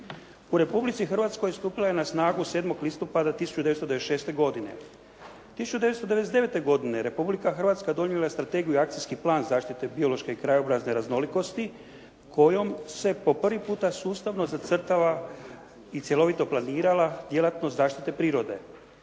U Republici Hrvatskoj stupila je na snagu 7. listopada 1996. godine. 1999. godine Republika Hrvatska donijela je Strategiju i Akcijski plan zaštite biološke i krajobrazne raznolikosti kojom se po prvi puta sustavno zacrtava i cjelovito planirala djelatnost zaštite prirode.